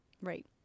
Right